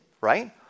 right